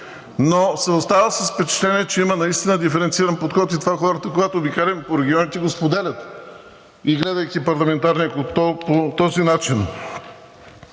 Но се остава с впечатлението, че има наистина диференциран подход и това хората, когато обикалям по регионите, го споделят и гледайки парламентарния контрол по този начин.